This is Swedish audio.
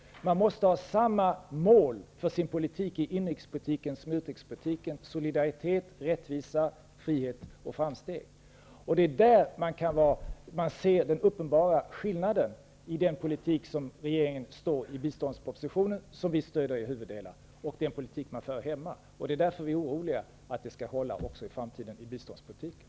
Man måste ha samma mål för sin politik när det gäller inrikespolitiken som när det gäller utrikespolitiken: solidaritet, rättvisa, frihet och framsteg. På den punkten ser man uppenbara skillnader mellan den politik som regeringen står för i biståndspropositionen, som vi stöder i dess huvuddelar, och den politik man för här hemma. Det är därför vi är oroliga för att det i framtiden inte skall hålla heller i biståndspollitiken.